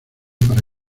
para